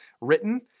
written